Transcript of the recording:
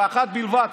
ואחת בלבד,